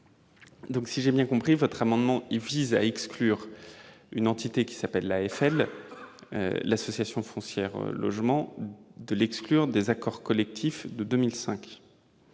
Si j'ai bien compris, votre amendement vise à exclure une entité qui s'appelle l'AFL, l'Association foncière logement, des accords collectifs de 2005.